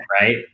right